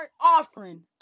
offering